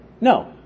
No